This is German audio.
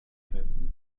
setzen